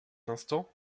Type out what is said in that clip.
instant